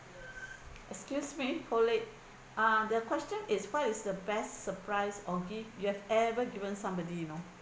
excuse me hold it ah the question is what is the best surprise or gift you have ever given somebody you know